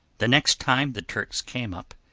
the next time the turks came up,